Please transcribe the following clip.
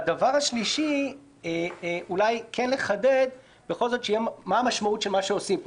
הדבר השלישי הוא לחדד את המשמעות של מה עושים פה.